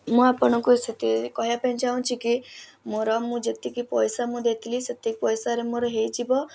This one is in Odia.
ମୁଁ ଆପଣଙ୍କୁ ସେତିକି କହିବା ପାଇଁ ଚାହୁଁଛି କି ମୋର ମୁଁ ଯେତିକି ପଇସା ମୁଁ ଦେଇଥିଲି ସେତିକି ପଇସାରେ ମୋର ହେଇଯିବ